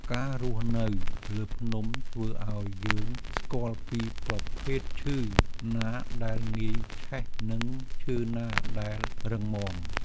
ការរស់នៅលើភ្នំ ធ្វើឲ្យយើងស្គាល់ពីប្រភេទឈើណាដែលងាយឆេះ និងឈើណាដែលរឹងមាំ។